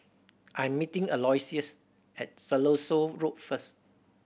I am meeting Aloysius at Siloso Road first